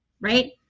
right